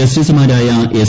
ജസ്റ്റിസുമാരായ എസ്